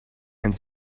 and